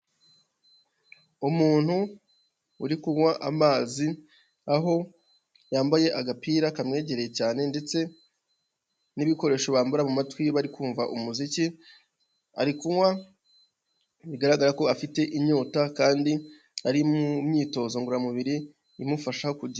Umuntu uri kunywa amazi, aho yambaye agapira kamwegereye cyane ndetse n'ibikoresho bambura mu matwi bari kumva umuziki, ari kunywa bigaragara ko afite inyota, kandi ari mu myitozo ngororamubiri imufasha .